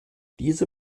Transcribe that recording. diese